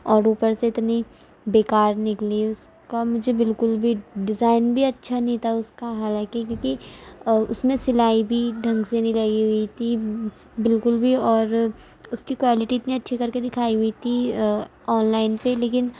اور اوپر سے اتنی بیکار نکلی اس کا مجھے بالکل بھی ڈیزائن بھی اچھا نہیں تھا اس کا حالانکہ کیونکہ اور اس میں سلائی بھی ڈھنگ سے نہیں لگی ہوئی تھی بالکل بھی اور اس کی کوالٹی اتنی اچھی کر کے دکھائی ہوئی تھی آن لائن پہ لیکن